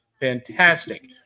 fantastic